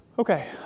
Okay